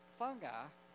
fungi